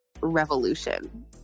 revolution